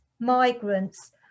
migrants